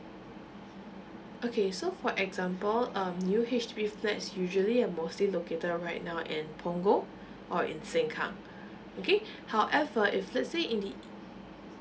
okay so for example um new H_D_B flat usually are mostly located right now in punggol or in sengkang okay however if let's say in the